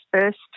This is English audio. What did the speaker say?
first